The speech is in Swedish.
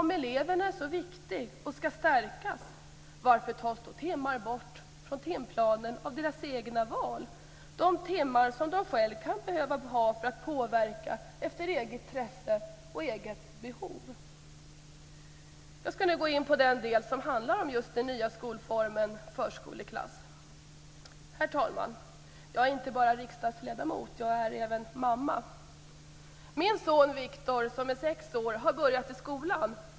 Om eleverna är så viktiga och skall stärkas, varför tas då timmar bort från timplanen för deras egna val? Dessa timmar kan de själva behöva ha för att påverka efter eget intresse och eget behov. Jag skall nu gå in på den del som handlar om just den nya skolformen förskoleklass. Herr talman! Jag är inte bara riksdagsledamot, jag är även mamma. Min son Viktor som är sex år har börjat i skolan.